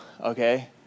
Okay